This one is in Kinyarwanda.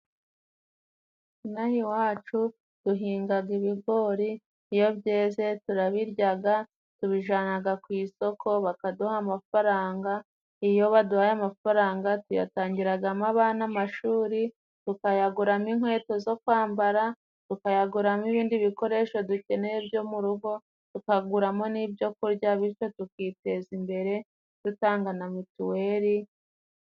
Inaha iwacu duhinga ibigori, iyo byeze turabirya tubijyanana ku isoko, bakaduha amafaranga iyo baduhaye amafaranga tuyatangiragaabana mu mashuri tukayaguramo inkweto zo kwambara, tukayaguramo ibindi bikoresho dukeneye byo mu rugo, tukaguramo n'ibyokurya, bityo tukiteza imbere dutanga na mituweri.